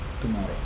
tomorrow